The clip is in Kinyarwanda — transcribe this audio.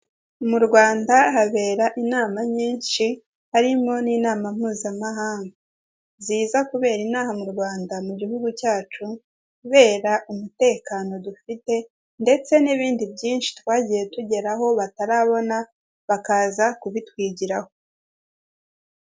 Mu rwanda habera inama nyinshi harimo n'inama mpuzamahanga, ziza kubera inamaha mu rwanda mu gihugu cyacu kubera umutekano dufite, ndetse n'ibindi byinshi twagiye tugeraho batarabona bakaza kubitwigiraho.